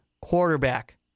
quarterback